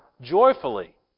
joyfully